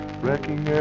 wrecking